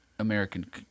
American